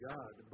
God